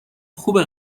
خوبه